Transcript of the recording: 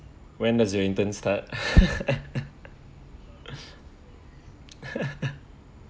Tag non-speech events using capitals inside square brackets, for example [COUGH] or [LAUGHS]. when does your intern start [LAUGHS]